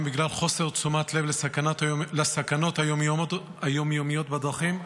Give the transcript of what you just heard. בגלל חוסר תשומת לב לסכנות היום-יומיות בדרכים?